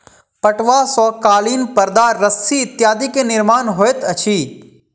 पटुआ सॅ कालीन परदा रस्सी इत्यादि के निर्माण होइत अछि